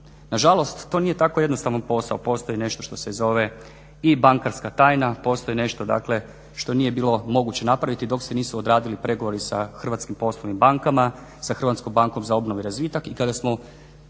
Nažalost to nije tako jednostavan posao, postoji nešto što se zove i bankarska tajna, postoji nešto što nije bilo moguće napraviti dok se nisu odradili pregovori sa hrvatskim poslovnim bankama, sa HBOR-om i kada smo kroz